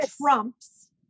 trumps